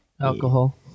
Alcohol